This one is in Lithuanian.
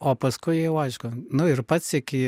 o paskui jau aišku nu ir pats seki